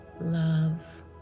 love